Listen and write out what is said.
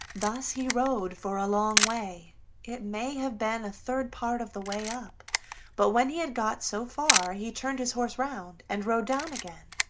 thus he rode for a long way it may have been a third part of the way up but when he had got so far he turned his horse round and rode down again.